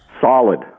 Solid